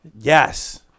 Yes